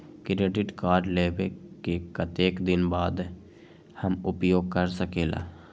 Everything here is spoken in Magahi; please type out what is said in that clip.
क्रेडिट कार्ड लेबे के कतेक दिन बाद हम उपयोग कर सकेला?